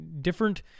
different